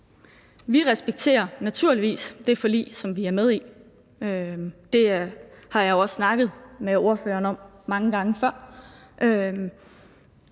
Vi respekterer naturligvis det forlig, som vi er med i – det har jeg jo også snakket med ordføreren om mange gange før.